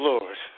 Lord